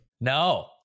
No